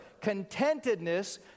Contentedness